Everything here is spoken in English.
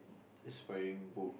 he's wearing book